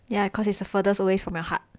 ya because it's the furthest away from your heart